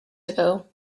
ago